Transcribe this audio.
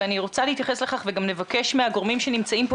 ואני רוצה להתייחס לכך וגם נבקש מהגורמים שנמצאים פה,